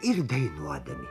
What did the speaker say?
ir dainuodami